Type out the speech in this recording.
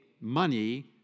money